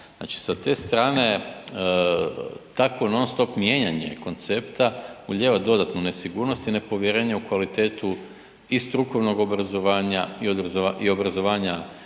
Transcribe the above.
Znači, sa te strane, takvo non stop mijenjanje koncepta ulijeva dodatnu nesigurnost i nepovjerenje u kvalitetu i strukovnog obrazovanja i obrazovanja